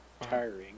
tiring